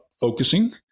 focusing